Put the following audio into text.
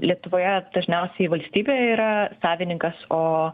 lietuvoje dažniausiai valstybė yra savininkas o